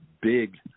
big